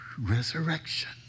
Resurrection